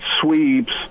sweeps